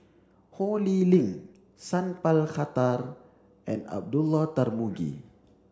Ho Lee Ling Sat Pal Khattar and Abdullah Tarmugi